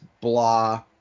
blah